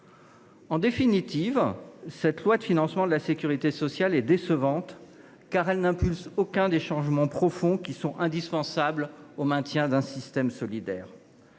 En définitive, ce projet de loi de financement de la sécurité sociale (PLFSS) est décevant, car il n’impulse aucun des changements profonds indispensables au maintien d’un système solidaire.